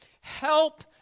help